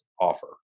offer